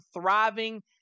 thriving